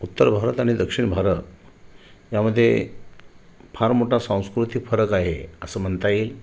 उत्तर भारत आणि दक्षिण भारत या मध्ये फार मोठा सांस्कृतिक फरक आहे असं म्हणता येईल